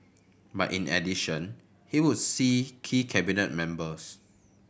but in addition he would see key Cabinet members